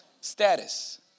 status